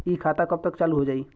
इ खाता कब तक चालू हो जाई?